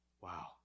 Wow